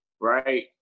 right